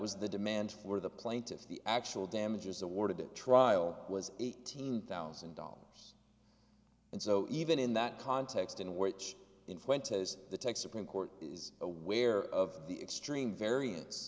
was the demand for the plaintiff the actual damages awarded a trial was eighteen thousand dollars and so even in that context in which influence has the tech supreme court is aware of the extreme variance